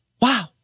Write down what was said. Wow